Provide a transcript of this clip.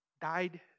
died